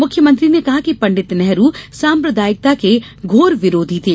मुख्यमंत्री ने कहा कि पण्डित नेहरू साम्प्रदायिकता के घोर विरोधी थे